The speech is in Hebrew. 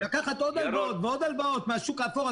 לקחת עוד הלוואות ועוד הלוואות מהשוק האפור?